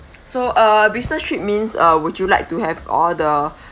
so uh business trip means uh would you like to have all the